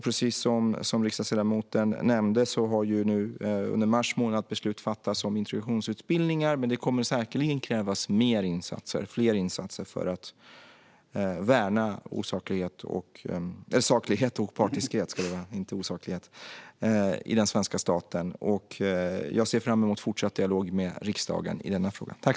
Precis som riksdagsledamoten nämnde har nu under mars månad beslut fattats om introduktionsutbildningar, men det kommer säkerligen att krävas fler insatser för att värna saklighet och opartiskhet i den svenska staten. Jag ser fram emot fortsatt dialog med riksdagen i den här frågan.